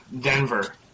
denver